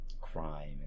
crime